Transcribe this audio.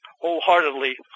wholeheartedly